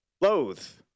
loath